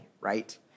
right